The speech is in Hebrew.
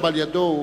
ישבתי שם על-ידו,